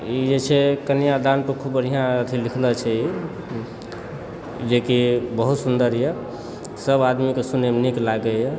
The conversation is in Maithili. ई जे छै कन्यादानपे खूब बढ़िआँ अथी लिखने छै ई जेकि बहुत सुन्दर यऽ सभ आदमीकऽ सुनैमऽ नीक लागैए